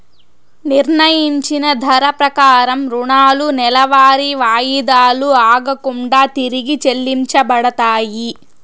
నిర్ణయించిన ధర ప్రకారం రుణాలు నెలవారీ వాయిదాలు ఆగకుండా తిరిగి చెల్లించబడతాయి